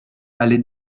allait